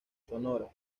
sonora